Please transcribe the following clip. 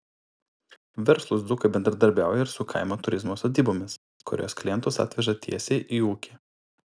verslūs dzūkai bendradarbiauja ir su kaimo turizmo sodybomis kurios klientus atveža tiesiai į ūkį